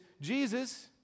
Jesus